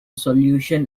solution